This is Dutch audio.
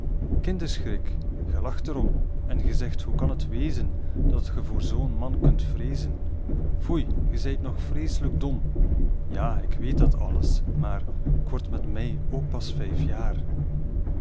er om en ge zegt hoe kan het wezen dat ge voor zoo'n man kunt vreezen foei ge zijt nog vrees'lijk dom ja ik weet dat alles maar k word met mei ook pas vijf jaar